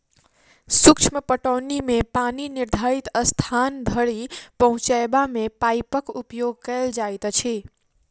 सूक्ष्म पटौनी मे पानि निर्धारित स्थान धरि पहुँचयबा मे पाइपक उपयोग कयल जाइत अछि